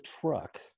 truck